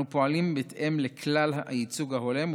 אנו פועלים בהתאם לכלל הייצוג ההולם,